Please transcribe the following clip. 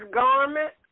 garment